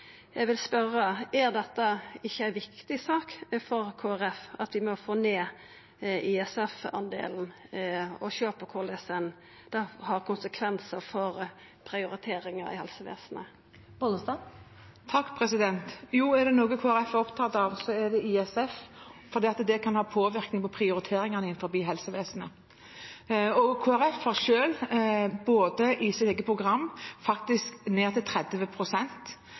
er det ikkje ei viktig sak for Kristeleg Folkeparti at vi må få ned ISF-delen og sjå på korleis det får konsekvensar for prioriteringane i helsevesenet? Er det noe Kristelig Folkeparti er opptatt av, så er det ISF, for det kan ha påvirkning på prioriteringene innenfor helsevesenet. Kristelig Folkeparti har i sitt eget program faktisk redusert andelen ned til